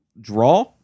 draw